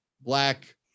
black